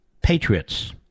patriots